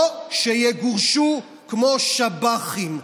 או שיגורשו כמו שב"חים,